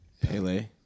Pele